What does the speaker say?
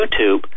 youtube